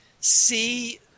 see